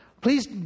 Please